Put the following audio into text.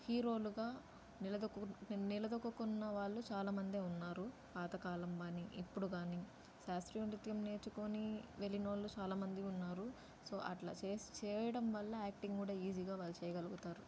హీరోలుగా నిలదొక్కు నిలదొక్కుకున్న వాళ్ళు చాలామందే ఉన్నారు పాతకాలం అని ఇప్పుడు కానీ ఉన్నారు శాస్త్రీయ నృత్యం నేర్చుకోని వెళ్ళిన వాళ్ళు చాలామంది ఉన్నారు సో అట్లా చేస్ చేయడం వల్ల యాక్టింగ్ కూడా ఈజీగా వాళ్ళు చేయగలగుతారు